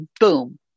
boom